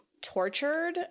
tortured